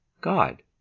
God